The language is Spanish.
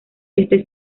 éste